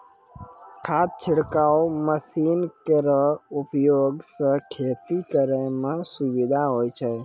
खाद छिड़काव मसीन केरो उपयोग सँ खेती करै म सुबिधा होय छै